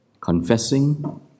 confessing